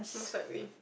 most likely